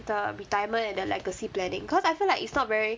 the retirement and the legacy planning cause I feel like it's not very